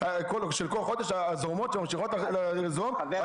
יש כאלה שיש להם הוצאות זורמות של כל חודש,